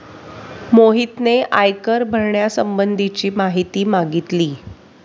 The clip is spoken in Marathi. मोहितने आयकर भरण्यासंबंधीची माहिती मागितली